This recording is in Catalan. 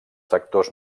sectors